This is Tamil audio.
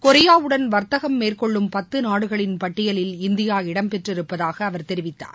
கொரியாவுடன் வர்த்தகம் மேற்கொள்ளும் பத்து நாடுகளின் பட்டியலில் இந்தியா இடம்பெற்றிருப்பதாக அவர் தெரிவித்தார்